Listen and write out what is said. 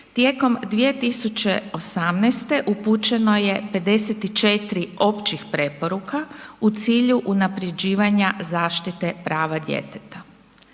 tijekom 2018. upućeno je 54. općih preporuka u cilju unaprjeđivanja zaštite prava djeteta.